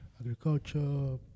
agriculture